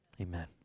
Amen